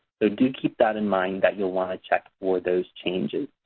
so do keep that in mind that you'll want to check for those changes.